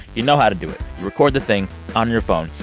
you know how to do it. record the thing on your phone,